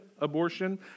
abortion